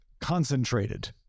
concentrated